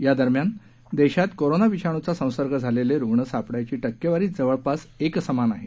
या दरम्यान देशात कोरोना विषाणूचा संसर्ग झालेले रुग्ण सापडण्याची टक्केवारी जवळपास एकसमान आहे